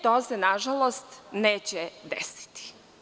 To se, nažalost, neće desiti.